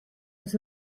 das